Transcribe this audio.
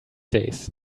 days